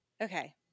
Okay